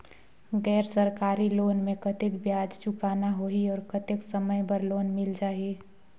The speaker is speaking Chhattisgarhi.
गैर सरकारी लोन मे कतेक ब्याज चुकाना होही और कतेक समय बर लोन मिल जाहि?